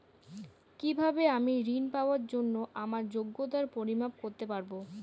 কিভাবে আমি ঋন পাওয়ার জন্য আমার যোগ্যতার পরিমাপ করতে পারব?